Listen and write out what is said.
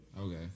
okay